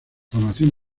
formación